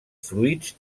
fruits